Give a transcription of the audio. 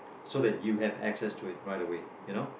so that you have excess to it via that way you know